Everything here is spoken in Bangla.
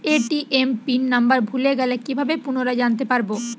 এ.টি.এম পিন নাম্বার ভুলে গেলে কি ভাবে পুনরায় জানতে পারবো?